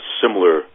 similar